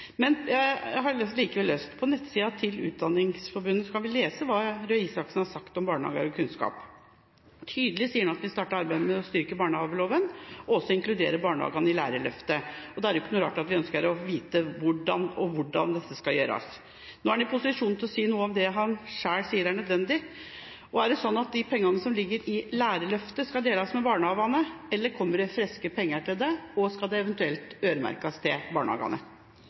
Jeg har likevel lyst til å si: På nettsiden til Utdanningsforbundet kan vi lese hva Røe Isaksen har sagt om barnehager og kunnskap. Han sier tydelig at de har startet arbeidet med å styrke barnehageloven, og at de inkluderer barnehagene i lærerløftet. Da er det ikke rart at vi ønsker å få vite hvordan og hvor dette skal gjøres. Nå er han i posisjon til å si noe om det han selv sier er nødvendig. Skal de pengene som ligger i lærerløftet, deles med barnehagene, eller kommer det friske penger til dem? Skal de eventuelt øremerkes til barnehagene?